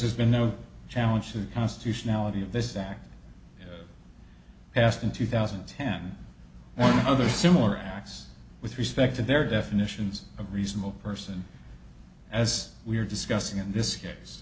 there's been no challenge the constitutionality of this act passed in two thousand and ten or other similar acts with respect to their definitions of reasonable person as we are discussing in this case